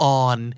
on